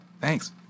Thanks